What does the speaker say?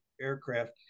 aircraft